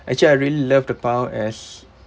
actually I really love the pau as